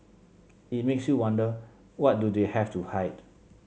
it makes you wonder what do they have to hide